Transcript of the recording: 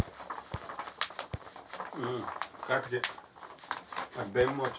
digital ಹಣಕಾಸು ಸೇವೆಗಳು mobile ಹಣಕಾಸು ಸೇವೆಗಳನ್ನ ಸಹ ಒಳಗೊಂಡಿದೆ ಎನ್ನಬಹುದು